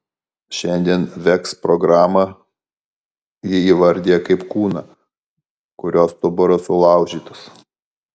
šiandien veks programą ji įvardija kaip kūną kurio stuburas sulaužytas